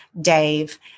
Dave